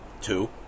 two